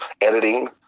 editing